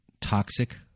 Toxic